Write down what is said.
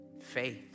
faith